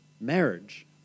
marriage